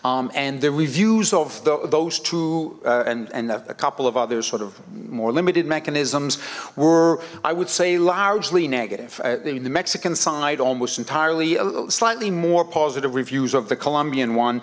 and the reviews of those two and and a couple of other sort of more limited mechanisms were i would say largely negative in the mexican side almost entirely slightly more positive reviews of the colombian one